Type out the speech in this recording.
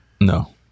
No